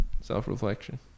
self-reflection